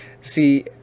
See